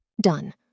Done